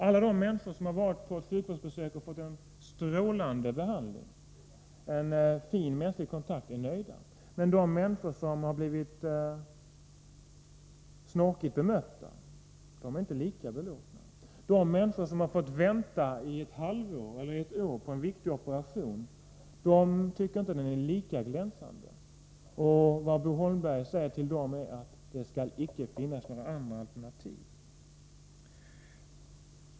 Alla de människor som har varit på sjukhusbesök och fått en strålande behandling, en fin mänsklig kontakt, är nöjda. Men de människor som har blivit snorkigt bemötta är inte lika belåtna. De människor som har fått vänta ett halvår eller ett år på en viktig operation tycker inte att sjukvården är lika glänsande som Bo Holmberg tycker. Vad Bo Holmberg säger till dem är: Det skall inte finnas några andra alternativ.